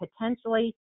potentially